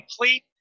complete